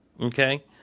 Okay